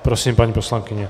Prosím, paní poslankyně.